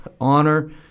honor